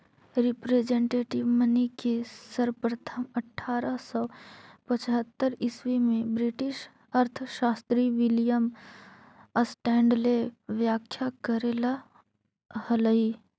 representative money के सर्वप्रथम अट्ठारह सौ पचहत्तर ईसवी में ब्रिटिश अर्थशास्त्री विलियम स्टैंडले व्याख्या करले हलई